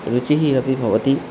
रुचिः अपि भवति